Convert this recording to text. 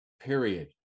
period